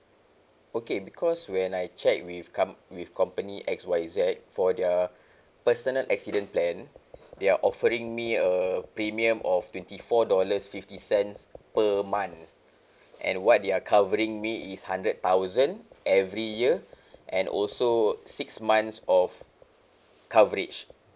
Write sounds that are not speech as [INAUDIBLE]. okay because when I checked with com~ with company X Y Z for their [BREATH] personal accident plan they are offering me a premium of twenty four dollars fifty cents per month and what they are covering me is hundred thousand every year [BREATH] and also six months of coverage